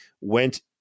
went